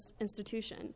institution